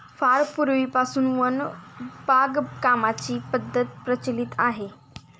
फार पूर्वीपासून वन बागकामाची पद्धत प्रचलित आहे